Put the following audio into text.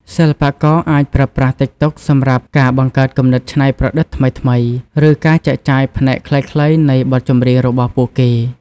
សិល្បករអាចប្រើប្រាស់តិកតុកសម្រាប់ការបង្កើតគំនិតច្នៃប្រឌិតថ្មីៗ ឬការចែកចាយផ្នែកខ្លីៗនៃបទចម្រៀងរបស់ពួកគេ។